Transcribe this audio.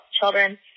children